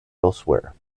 elsewhere